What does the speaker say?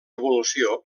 evolució